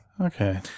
Okay